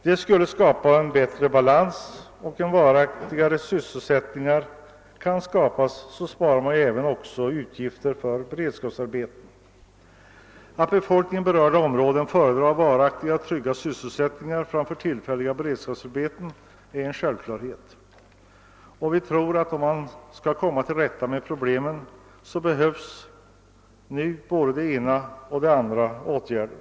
Detta skulle skapa en bättre balans, och om varaktiga sysselsättningar kan skapas så sparar man därmed också utgifter för beredskapsarbete; Att befolkningen i berörda områden föredrar varaktiga och trygga sysselsättningar framför tillfälliga beredskapsarbeten är en självklarhet, men vi tror att om man skall komma till rätta med problemen behövs nu både den ena och den andra åtgärden.